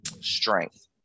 strength